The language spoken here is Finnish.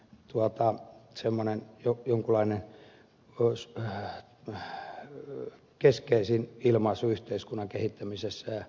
tuota simonen tokion kone kois semmoinen jonkunlainen keskeisin ilmaisu yhteiskunnan kehittämisessä